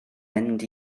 mynd